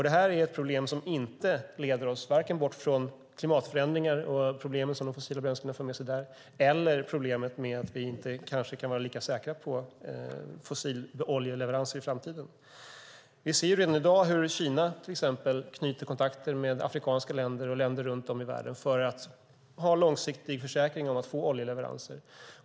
Det är ett problem som inte leder bort från klimatförändringar och de problem som fossila bränslen för med sig eller problemet med att inte vara lika säker på leveranser av olja i framtiden. Vi ser redan i dag hur till exempel Kina knyter kontakter med afrikanska länder och länder runt om i världen för att få långsiktiga försäkringar om oljeleveranser.